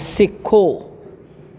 सिखो